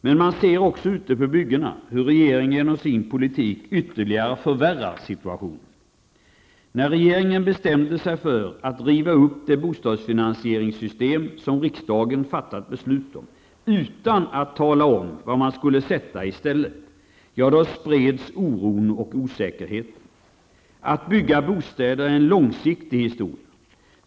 Men man ser också ute på byggena hur regeringen genom sin politik ytterligare förvärrar situationen. När regeringen bestämde sig för att riva upp det bostadsfinansieringssystem som riksdagen fattat beslut om, utan att tala om vad man skulle sätta i stället, spreds oron och osäkerheten. Att bygga bostäder är en långsiktig historia.